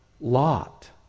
Lot